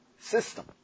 system